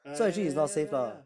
ah ya ya ya ya ya ya ya